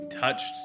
touched